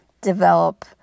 develop